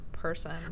person